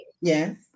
Yes